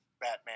Batman